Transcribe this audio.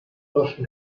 dos